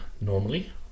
normally